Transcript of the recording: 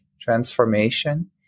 transformation